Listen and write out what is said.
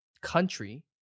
country